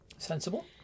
Sensible